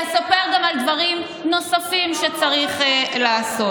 ואספר גם על דברים נוספים שצריך לעשות.